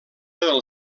del